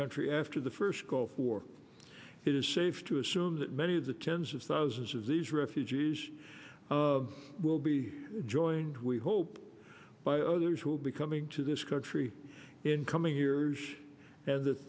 country after the first gulf war it is safe to assume that many of the tens of thousands of these refugees will be joined we hope by others who will be coming to this country in coming years and that